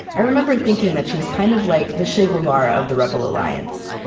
i remember thinking that she was kind of like the che guevara of the rebel alliance.